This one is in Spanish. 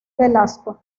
velasco